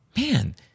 man